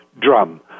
drum